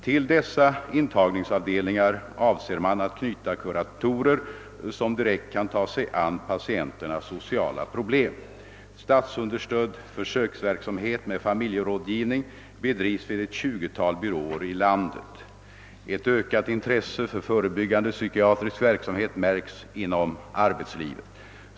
Till dessa intagningsavdelningar avser man att knyta kuratorer som direkt kan ta sig an patienternas sociala problem. Statsunderstödd <försöksverksamhet med familjerådgivning bedrivs vid ett 20-tal byråer i landet. Ett ökat intresse för förebyggande psykiatrisk verksamhet märks inom arbetslivet.